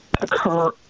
occur